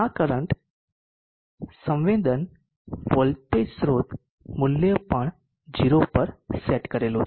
આ કરંટ સંવેદન વોલ્ટેજ સ્રોત મૂલ્ય પણ 0 પર સેટ કરેલું છે